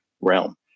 realm